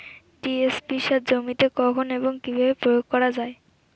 TSP সার জমিতে কখন এবং কিভাবে প্রয়োগ করা য়ায়?